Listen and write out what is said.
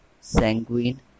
sanguine